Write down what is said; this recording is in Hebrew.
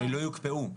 שלא יוקפאו,